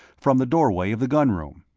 from the doorway of the gun room.